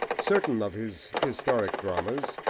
certain of his historic dramas,